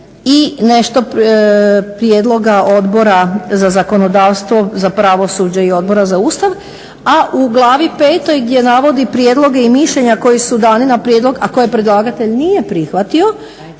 i nešto prijedloga Odbora za zakonodavstvo, za pravosuđe i Odbora za Ustav, a u glavi petoj gdje navodi prijedloge i mišljenja koji su dani na prijedlog a koje predlagatelj nije prihvatio